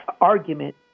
argument